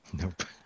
Nope